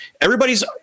everybody's